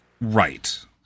Right